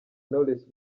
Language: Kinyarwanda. knowless